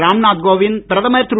ராம்நாத் கோவிந்த் பிரதமர் திரு